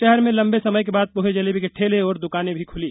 शहर में लंबे समय के बाद पोहे जलेबी के ठेले और द्रकानें भी खूली